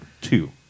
two